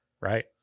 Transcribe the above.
right